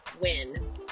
win